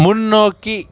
முன்னோக்கி